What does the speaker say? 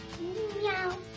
Meow